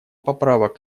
поправок